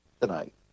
tonight